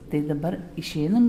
tai dabar išeinam